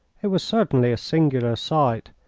it was certainly a singular sight,